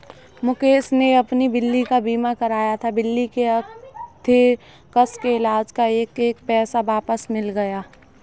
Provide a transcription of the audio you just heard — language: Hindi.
मुकेश ने अपनी बिल्ली का बीमा कराया था, बिल्ली के अन्थ्रेक्स के इलाज़ का एक एक पैसा वापस मिल गया